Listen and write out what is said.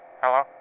Hello